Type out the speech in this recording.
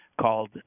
called